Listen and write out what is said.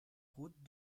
route